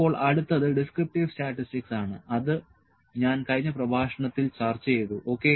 ഇപ്പോൾ അടുത്തത് descriptive statistics ആണ് അത് ഞാൻ കഴിഞ്ഞ പ്രഭാഷണത്തിൽ ചർച്ച ചെയ്തു ഓക്കേ